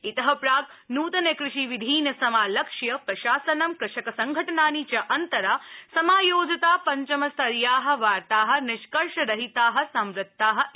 इत प्राक नूतन क़षिविधीन समालक्ष्य प्रशासनं कृषक संघटनानि च अन्तरा समायोजिता पञ्चमस्तरीया वार्ता निष्कर्ष रहिता संवृत्ता इति